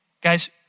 Guys